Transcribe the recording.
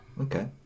Okay